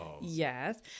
Yes